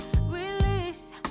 Release